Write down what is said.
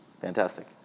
Fantastic